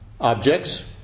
objects